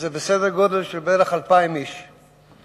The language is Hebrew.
שזה 2,000 איש בערך.